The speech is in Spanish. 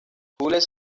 jules